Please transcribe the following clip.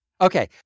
Okay